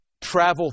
travel